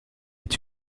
est